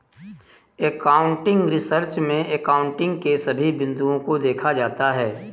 accounting research में accounting के सभी बिंदुओं को देखा जाता है